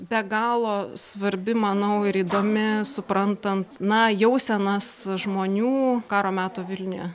be galo svarbi manau ir įdomi suprantant na jausenas žmonių karo meto vilniuje